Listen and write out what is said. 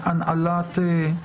דברים